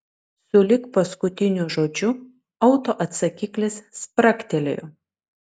sulig paskutiniu žodžiu autoatsakiklis spragtelėjo